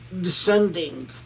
descending